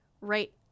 right